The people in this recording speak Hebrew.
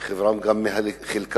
שחלקם גם מהליכוד,